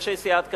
אנשי סיעת קדימה,